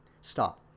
stop